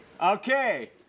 Okay